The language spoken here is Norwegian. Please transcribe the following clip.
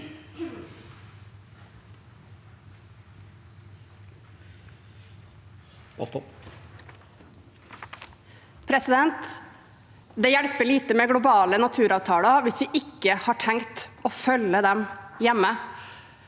Det hjelper lite med globale naturavtaler hvis vi ikke har tenkt å følge dem opp hjemme.